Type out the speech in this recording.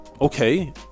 okay